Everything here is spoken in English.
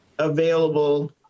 available